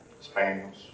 Spaniels